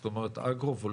זאת אומרת אגרו-וולטאי,